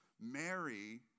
Mary